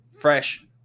fresh